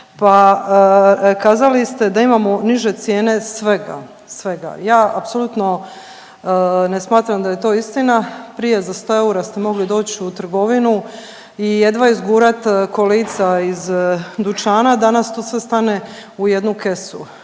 pa kazali ste da imamo niže cijene svega, svega. Ja apsolutno ne smatram da je to istina. Prije za 100 eura ste mogli doć u trgovinu i jedva izgurat kolica iz dućana, danas to sve stane u jednu kesu.